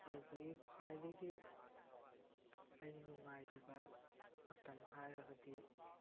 ꯑꯗꯨꯗꯒꯤ ꯈ꯭ꯋꯥꯏꯗꯒꯤ ꯑꯩꯅ ꯅꯨꯡꯉꯥꯏꯖꯕ ꯃꯇꯝ ꯍꯥꯏꯔꯕꯗꯤ